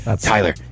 Tyler